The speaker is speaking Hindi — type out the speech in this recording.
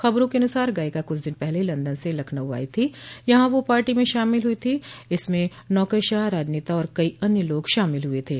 खबरों के अनुसार गायिका कुछ दिन पहले लन्दन से लखनऊ आई थी यहां वह पार्टी में शामिल हुई थी जिसमें नौकरशाह राजनेता और कई अन्य लोग शामिल हुए थे